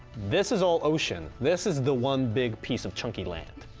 this is all ocean. this is the one big piece of chunky land,